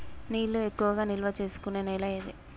నీళ్లు ఎక్కువగా నిల్వ చేసుకునే నేల ఏది?